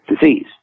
disease